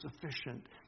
sufficient